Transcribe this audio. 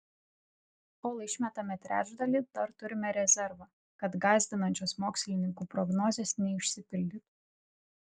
kol išmetame trečdalį dar turime rezervą kad gąsdinančios mokslininkų prognozės neišsipildytų